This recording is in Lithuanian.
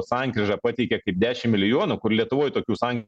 sankryžą pateikia kaip dešimt milijonų kur lietuvoj tokių sankryžų